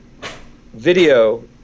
video